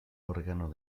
órgano